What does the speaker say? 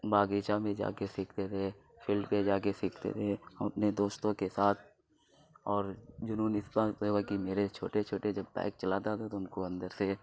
باغیچہ میں جا کے سیکھتے تھے فیلڈ پہ جا کے سیکھتے تھے ہم اپنے دوستوں کے ساتھ اور جنون اس بات پہ ہوا کہ میرے چھوٹے چھوٹے جب بائک چلاتا تھا تو ان کو اندر سے